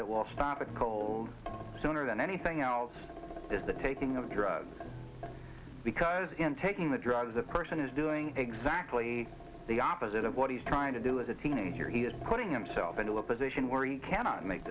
that will stop a cold sooner than anything else is the taking of drugs because in taking the drugs a person is doing exactly the opposite of what he's trying to do as a teenager he is putting himself into a position where he cannot make